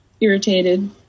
irritated